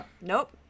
nope